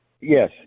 yes